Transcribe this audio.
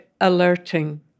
alerting